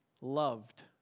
loved